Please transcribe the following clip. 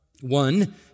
One